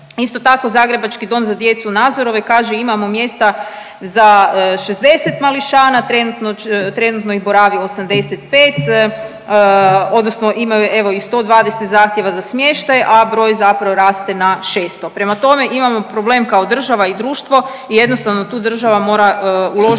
Isto tako zagrebački dom za djecu u Nazorovoj kaže imamo mjesta za 60 mališana, trenutno ih boravi 85 odnosno imaju evo i 120 zahtjeva za smještaj, a broj zapravo raste na 600. Prema tome, imamo problem kao država i društvo i jednostavno tu država mora uložiti